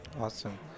Awesome